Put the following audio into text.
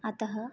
अतः